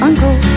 Uncle